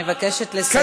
אני מבקשת לסיים, אדוני.